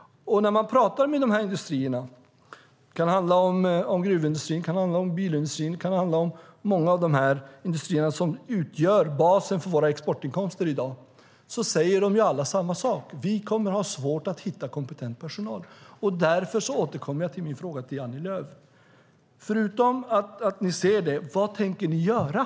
När man talar med företrädare för industrierna, det kan gälla gruvindustrin, bilindustrin och många andra industrier som utgör basen för våra exportinkomster, säger de alla samma sak, nämligen att de kommer att ha svårt att hitta kompetent personal. Därför återkommer jag till min fråga till Annie Lööf. Förutom att ni ser detta, vad tänker ni göra?